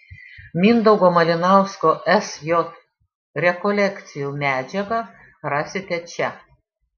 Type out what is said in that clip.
mindaugo malinausko sj rekolekcijų medžiagą rasite čia